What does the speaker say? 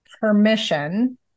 permission